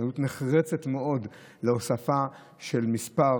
התנגדות נחרצת מאוד, להוספת מספר